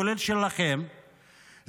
כולל שלכם,